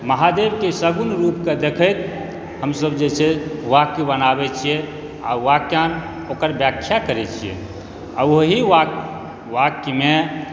महादेवके सगुण रूपके देखैत हमसब जे छै वाक्य बनाबै छिए आओर वाक्याँश ओकर व्याख्या करै छिए आओर ओहि वाक वाक्यमे